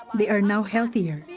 they are now healthier.